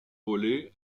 voler